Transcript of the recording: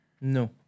No